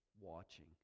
watching